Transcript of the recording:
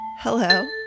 Hello